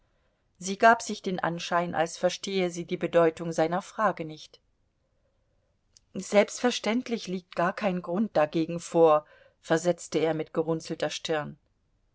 sie gab sich den anschein als verstehe sie die bedeutung seiner frage nicht selbstverständlich liegt gar kein grund dagegen vor versetzte er mit gerunzelter stirn